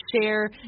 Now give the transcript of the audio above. share